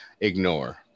ignore